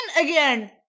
again